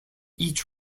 each